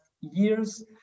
years